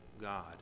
God